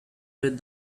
with